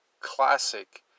classic